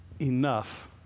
enough